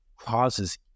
causes